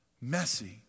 messy